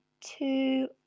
two